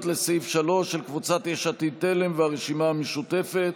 לסעיף 3 של קבוצת יש עתיד-תל"ם והרשימה המשותפת,